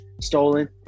stolen